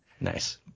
Nice